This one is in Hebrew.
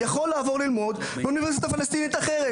יכול לעבור ללמוד באוניברסיטה הפלסטינית אחרת,